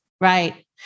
Right